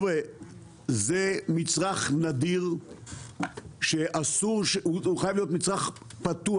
זה מצרך נדיר והוא חייב להיות מצרך פתוח,